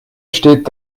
steht